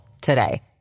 today